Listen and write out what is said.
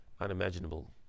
unimaginable